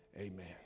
Amen